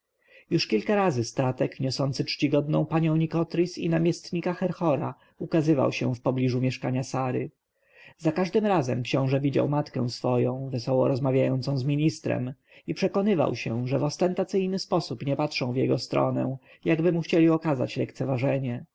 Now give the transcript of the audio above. już kilka razy statek niosący czcigodną panią nikotris i namiestnika herhora ukazywał się wpobliżu mieszkania sary za każdym razem książę widział matkę swoją wesoło rozmawiającą z ministrem i przekonywał się że w ostentacyjny sposób nie patrzą w jego stronę jakby mu chcieli okazać lekceważenie